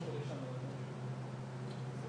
זאת